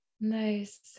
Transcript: nice